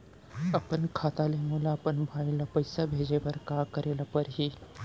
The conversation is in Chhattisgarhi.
अपन खाता ले मोला अपन भाई ल पइसा भेजे बर का करे ल परही?